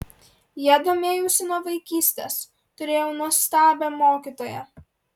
ja domėjausi nuo vaikystės turėjau nuostabią mokytoją